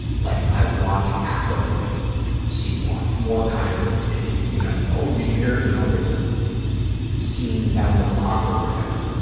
like i want to actively see one, more kind of if you, you know, oh, did you hear, you know, there's a scene down the block or whatever,